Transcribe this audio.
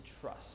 trust